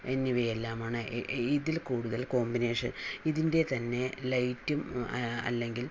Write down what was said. എന്നിവയെല്ലാമാണ് ഇതിൽ കൂടുതൽ കോമ്പിനേഷൻ ഇതിൻറെ തന്നെ ലൈറ്റും അല്ലെങ്കിൽ